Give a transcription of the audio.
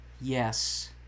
Yes